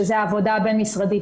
שזה העבודה הבין משרדית.